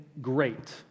great